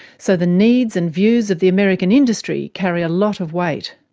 so the needs and views of the american industry carry a lot of weight.